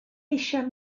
eisiau